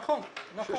נכון.